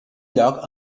lloc